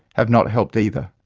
have not helped either.